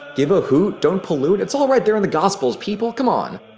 give a hoot, don't pollute. it's all right there in the gospels people, come on!